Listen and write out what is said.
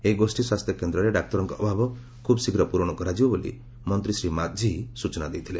ଏହି ଗୋଷୀ ସ୍ୱାସ୍ଥ୍ୟ କେନ୍ଦରେ ଡାକ୍ତରଙ୍କ ଅଭାବ ଖୁବ୍ ଶୀଘ୍ର ପୂରଣ କରାଯିବ ବୋଲି ମନ୍ତୀ ଶ୍ରୀ ମାଝୀ ସୂଚନା ଦେଇଥିଲେ